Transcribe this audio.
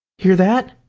hear that!